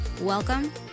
Welcome